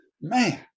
man